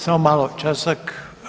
Samo malo, časak.